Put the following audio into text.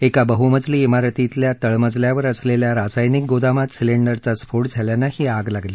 एका बहुमजली मारतीतल्या तळमजल्यावर असलेल्या रासायनिक गोदामात सिलिंडरचा स्फोट झाल्यानं ही आग लागली